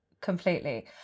completely